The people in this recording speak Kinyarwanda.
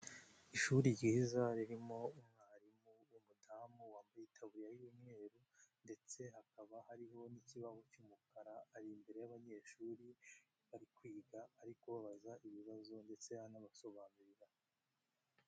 Ishuri ryiza ririmo umwarimu w'umudamu wambaye itabuliya y'umweru, ndetse hakaba hariho n'ikibaho cy'umukara, ari imbere y'abanyeshuri bari kwiga, ari kubabaza ibibazo ndetse anabasobanurira.